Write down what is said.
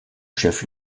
chef